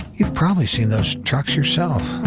you've probably seen those trucks yourself.